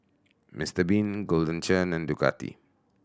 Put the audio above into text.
Mister Bean Golden Churn and Ducati